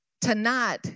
tonight